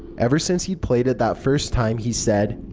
ever since he'd played it that first time, he said,